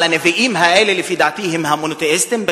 אבל הנביאים האלה, לפי דעתי, הם המונותיאיסטים.